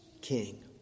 king